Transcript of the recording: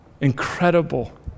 incredible